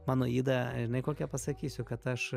mano yda žinai kokia pasakysiu kad aš